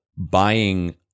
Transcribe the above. Buying